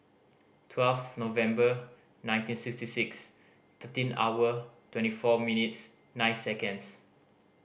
twelve November nineteen sixty six thirteen hour twenty four minutes nine seconds